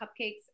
cupcakes